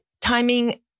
timing